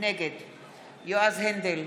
נגד יועז הנדל,